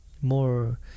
more